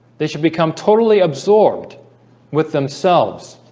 they should become totally absorbed with themselves